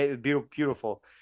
beautiful